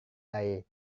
dari